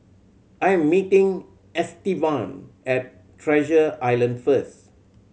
I am meeting Estevan at Treasure Island first